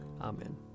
Amen